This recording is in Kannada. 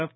ಎಫ್